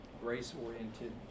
grace-oriented